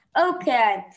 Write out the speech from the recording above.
Okay